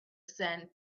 sand